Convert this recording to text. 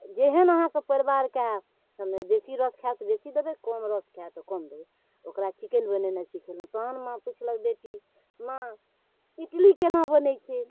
जेहन अहाँके परिवारके बेसी रस खाइ तऽ कम रस खाइ तऽ कम देबै ओकरा चिकन बनेनाइ सिखेलहुँ तहन हमरा पुछलक बेटी माँ इडली कोना बनै छै